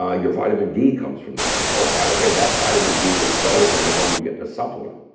ah your vitamin d comes from there. and oh, by the way, that vitamin d is better than the one you get in the supplement.